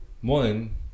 One